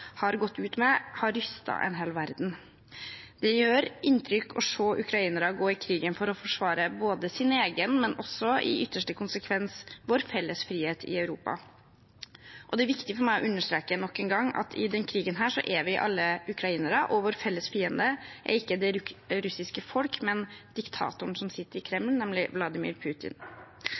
har gått ut med, har rystet en hel verden. Det gjør inntrykk å se ukrainere gå i krigen for å forsvare både sin egen og – i ytterste konsekvens – vår felles frihet i Europa. Det er viktig for meg å understreke nok en gang at i denne krigen er vi alle ukrainere, og vår felles fiende er ikke det russiske folk, men diktatoren som sitter i Kreml, nemlig Vladimir Putin.